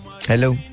Hello